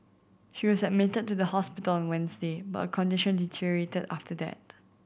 she was admitted to the hospital on Wednesday but condition deteriorated after that